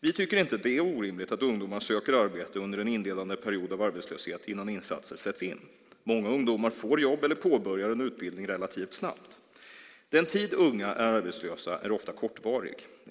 Vi tycker inte det är orimligt att ungdomar söker arbete under en inledande period av arbetslöshet innan insatser sätts in. Många ungdomar får jobb eller påbörjar en utbildning relativt snabbt. Den tid unga är arbetslösa är ofta kortvarig.